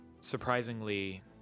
surprisingly